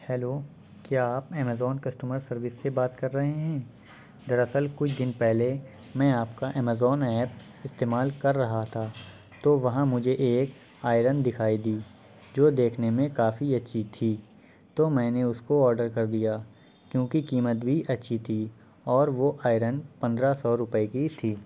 hello کیا آپ Amazon customer service سے بات کر رہے ہیں دراصل کچھ دن پہلے میں آپ کا امیزان ایپ استعمال کر رہا تھا تو وہاں مجھے ایک آئرن دکھائی دی جو دیکھنے میں کافی اچھی تھی تو میں نے اس کو آڈر کر دیا کیوںکہ قیمت بھی اچھی تھی اور وہ آئرن پندرہ سو روپے کی تھی